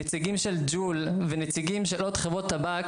נציגים של ג'ול ונציגים של עוד חברות טבק